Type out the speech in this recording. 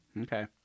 Okay